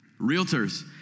Realtors